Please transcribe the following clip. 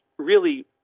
really.